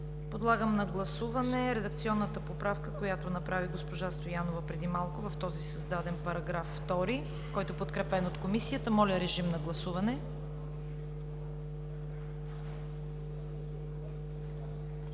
Подлагам на гласуване редакционната поправка, която направи госпожа Стоянова преди малко в този създаден § 2, който е подкрепен от Комисията. Моля, гласувайте.